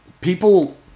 people